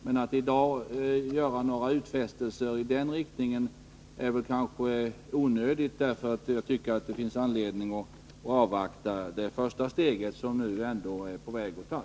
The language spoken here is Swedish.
Men att i dag göra några utfästelser i den riktningen är onödigt, därför att jag tycker att det finns anledning att avvakta det första steget, som nu är på väg att tas.